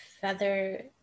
feather